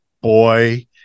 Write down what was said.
boy